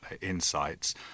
insights